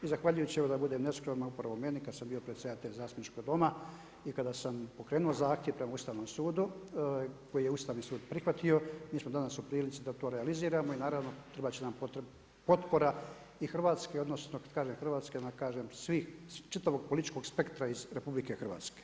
I zahvaljujući evo da budem neskroman, upravo meni kada sam bio predsjedatelj Zastupničkog doma i kada sam pokrenuo zahtjev prema Ustavnom sudu koji je Ustavni sud prihvatio mi smo danas u prilici da to realiziramo i naravno trebati će nam potpora i Hrvatske, odnosno kada kažem Hrvatske onda kažem svih, čitavog političkog spektra iz RH.